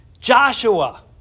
Joshua